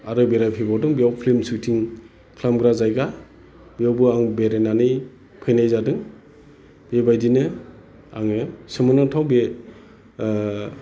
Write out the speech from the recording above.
आरो बेराय फैबावदों बेयाव फिल्म शुटिं खालामग्रा जायगा बेयावबो आं बेरायनानै फैनाय जादों बेबायदिनो आङो सोमोनांथाव बे